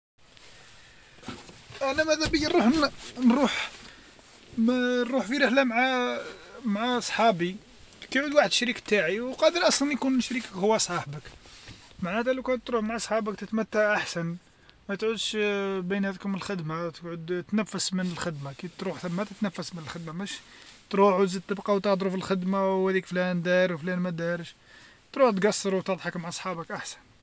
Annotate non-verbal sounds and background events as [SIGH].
انا مذا بيا نروح نروح ما [HESITATION] نروح في رحلة مع مع [HESITATION] مع صحابي كان وحد شريك تاعي وقابل اصلا يكون شريك هو صاحبك مع هذا لو كان تروح مع صحابك تتمتع احسن، ما تعودش [HESITATION] بيناتكم خدمة تقعد تنفس من الخدمة كي تروح ثما تتنفس من خدمة مش تروح وزيد تبقاو تهضرو في الخدمة وهاذيك فلان دار وفلان مدارش تروح تقصرو وتضحك مع صحابك احسن.